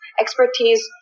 expertise